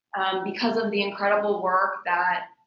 and because of the incredible work that